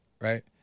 right